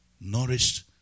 nourished